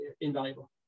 invaluable